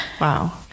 Wow